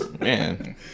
man